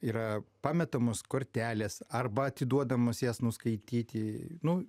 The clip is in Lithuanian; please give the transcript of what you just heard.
yra pametamos kortelės arba atiduodamos jas nuskaityti nu